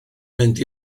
mynd